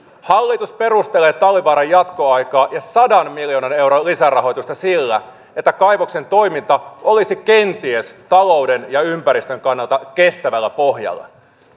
hallitus perustelee talvivaaran jatkoaikaa ja sadan miljoonan euron lisärahoitusta sillä että kaivoksen toiminta olisi kenties talouden ja ympäristön kannalta kestävällä pohjalla